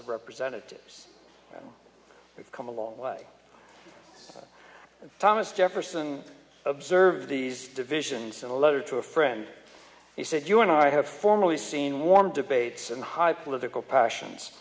of representatives we've come a long way thomas jefferson observed these divisions in a letter to a friend he said you and i have formally seen warm debates and high political passions